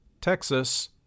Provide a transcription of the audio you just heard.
Texas